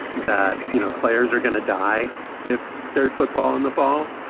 that you know players are going to die if there's football in the fall.